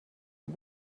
ein